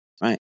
right